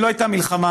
שלא הייתה מלחמה,